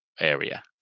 area